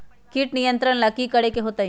किट नियंत्रण ला कि करे के होतइ?